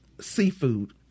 seafood